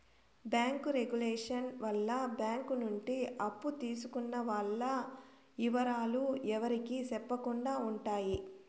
bank regulation వల్ల bank నుండి అప్పు తీసుకున్న వాల్ల ఇవరాలు ఎవరికి సెప్పకుండా ఉంటాయి